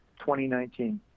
2019